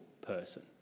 person